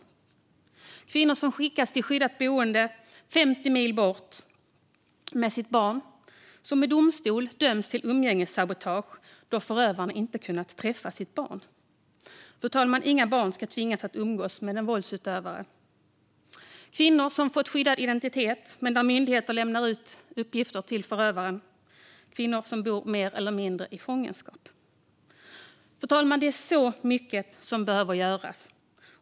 Jag hör om kvinnor som tillsammans med sitt barn skickas till skyddat boende 50 mil bort och som i domstol döms för umgängessabotage då förövaren inte kunnat träffa sitt barn. Inga barn ska tvingas att umgås med en våldsutövare, fru talman. Jag hör också om kvinnor som har fått skyddad identitet, men där myndigheter lämnar ut uppgifter till förövaren. Och jag hör om kvinnor som bor mer eller mindre i fångenskap. Fru talman! Det är så mycket som behöver göras.